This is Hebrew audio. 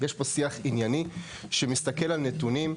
יש פה שיח ענייני שמתסכל על נתונים,